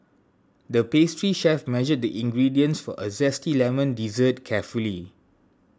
the pastry chef measured the ingredients for a Zesty Lemon Dessert carefully